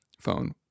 phone